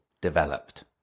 developed